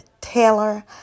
Taylor